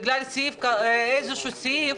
בגלל איזשהו סעיף.